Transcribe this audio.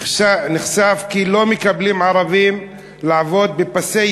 נחשף כי לא מקבלים ערבים לעבוד בפסי